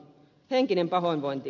henkinen pahoinvointi